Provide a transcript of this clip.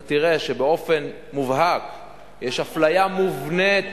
אתה תראה שבאופן מובהק יש אפליה מובנית,